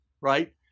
Right